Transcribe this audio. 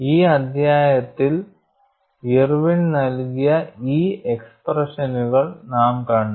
ഈ അധ്യായത്തിൽ ഇർവിൻ നൽകിയ ഈ എക്സ്പ്രെഷനുകൾ നാം കണ്ടു